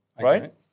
right